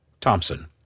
Thompson